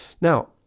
Now